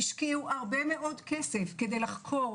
השקיעו הרבה מאוד כסף כדי לחקור,